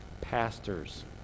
pastors